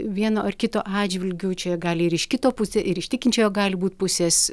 vieno ar kito atžvilgiu čia gali ir iš kito pusė ir iš tikinčiojo gali būt pusės